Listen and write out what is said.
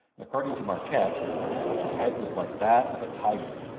according to marquette his head was like that of a tiger,